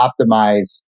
optimize